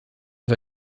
als